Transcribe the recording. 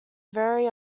very